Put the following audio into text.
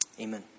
Amen